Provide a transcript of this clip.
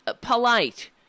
polite